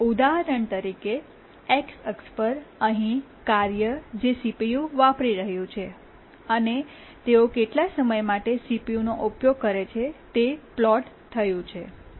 ઉદાહરણ તરીકે X અક્ષ પર અહીં કાર્ય જે CPU વાપરી રહ્યું છે અને તેઓ કેટલા સમય માટે CPUનો ઉપયોગ કરે છે તે પ્લોટ થયું છે